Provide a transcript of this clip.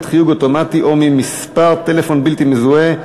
חיוג אוטומטי או ממספר טלפון בלתי מזוהה),